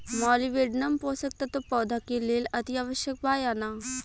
Molybdenum पोषक तत्व पौधा के लेल अतिआवश्यक बा या न?